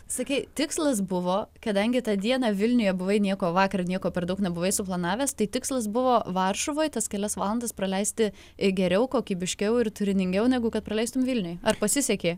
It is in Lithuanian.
sakei tikslas buvo kadangi tą dieną vilniuje buvai nieko vakar nieko per daug nebuvai suplanavęs tai tikslas buvo varšuvoj tas kelias valandas praleisti i geriau kokybiškiau ir turiningiau negu kad praleistum vilniuj ar pasisekė